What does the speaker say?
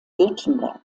württemberg